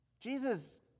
Jesus